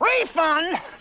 refund